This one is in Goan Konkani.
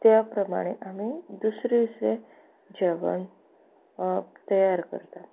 त्या प्रमाणे आमीं दुसरें दुसरें जेवण तयार करतात